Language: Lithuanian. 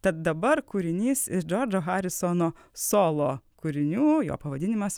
tad dabar kūrinys iš džordžo harisono solo kūrinių jo pavadinimas